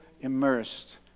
immersed